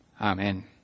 Amen